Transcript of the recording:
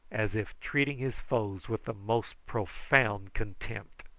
as if treating his foes with the most profound contempt.